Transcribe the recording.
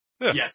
yes